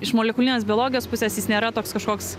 iš molekulinės biologijos pusės jis nėra toks kažkoks